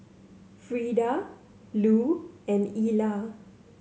Frieda Lou and Ilah